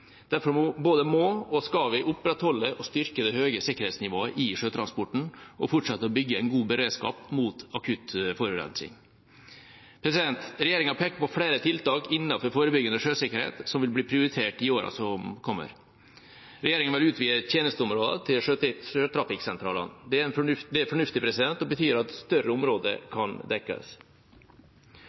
Derfor både må og skal vi opprettholde og styrke det høye sikkerhetsnivået i sjøtransporten og fortsette å bygge en god beredskap mot akutt forurensning. Regjeringa peker på flere tiltak innenfor forebyggende sjøsikkerhet som vil bli prioritert i årene som kommer: Regjeringa vil utvide tjenesteområdene til sjøtrafikksentralene. Det er fornuftig og betyr at større områder kan dekkes.